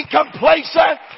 complacent